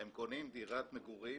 כשהם קונים דירת מגורים,